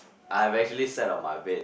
I've actually sat of my bed